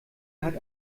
hat